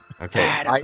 Okay